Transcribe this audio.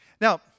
Now